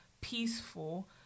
peaceful